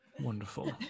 wonderful